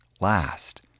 last